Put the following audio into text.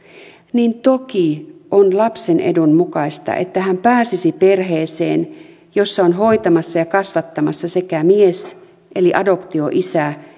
niin toki on lapsen edun mukaista että hän pääsisi perheeseen jossa on hoitamassa ja kasvattamassa sekä mies eli adoptioisä